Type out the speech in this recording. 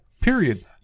Period